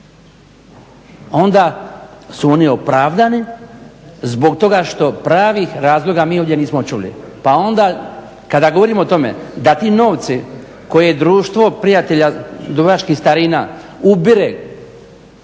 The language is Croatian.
onda su oni opravdani zbog toga što pravih razloga mi ovdje nismo čuli. Pa onda kada govorimo o tome da ti novci koje Društvo prijatelja dubrovačkih starina ubire